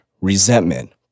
resentment